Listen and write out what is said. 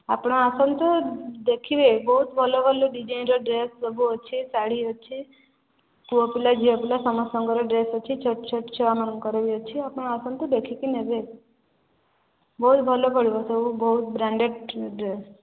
ଆପଣ ଆସନ୍ତୁ ଦେଖିବେ ବହୁତ ଭଲ ଭଲ ଡିଜାଇନର ଡ୍ରେସ ସବୁ ଅଛି ଶାଢ଼ୀ ଅଛି ପୁଅ ପିଲା ଝିଅ ପିଲା ସମସ୍ତଙ୍କର ଡ୍ରେସ ଅଛି ଛୋଟ ଛୋଟ ଛୁଆମାନଙ୍କର ବି ଅଛି ଆପଣ ଆସନ୍ତୁ ଦେଖିକି ନେବେ ବହୁତ ଭଲ ପଡ଼ିବ ବହୁତ ବ୍ରାଣ୍ଡେଡ୍ ଡ୍ରେସ